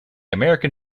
american